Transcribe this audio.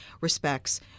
respects